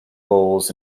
bowls